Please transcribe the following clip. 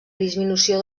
disminució